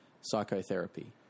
psychotherapy